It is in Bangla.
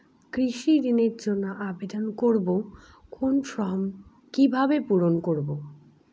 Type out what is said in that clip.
কৃষি ঋণের জন্য আবেদন করব কোন ফর্ম কিভাবে পূরণ করব?